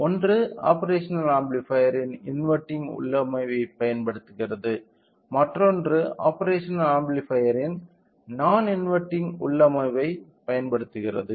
ஒன்று ஆப்பேரஷனல் ஆம்பிளிபையர்ன் இன்வெர்ட்டிங் உள்ளமைவைப் பயன்படுத்துகிறது மற்றொன்று ஆப்பேரஷனல் ஆம்பிளிபையர்ன் நான் இன்வெர்ட்டிங் உள்ளமைவை பயன்படுத்துகிறது